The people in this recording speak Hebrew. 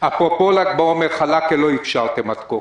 אפרופו ל"ג בעומר חלקה לא אפשרתם עד כה.